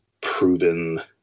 proven